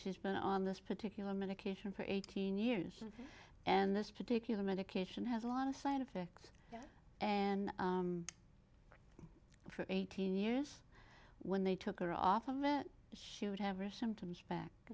she's been on this particular medication for eighteen years and this particular medication has a lot of side effects and for eighteen years when they took her off of it she would have a symptoms back